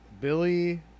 Billy